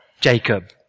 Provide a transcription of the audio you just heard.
Jacob